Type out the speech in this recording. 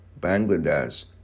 Bangladesh